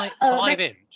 five-inch